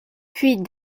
puis